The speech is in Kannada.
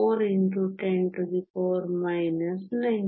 4 x 10 9